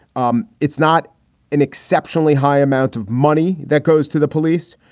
um it's not an exceptionally high amount of money that goes to the police.